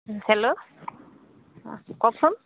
hello কওকচোন